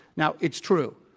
now, it's true,